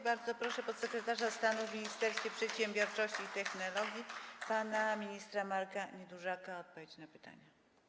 Bardzo proszę podsekretarza stanu w Ministerstwie Przedsiębiorczości i Technologii pana ministra Marka Niedużaka o odpowiedź na pytania.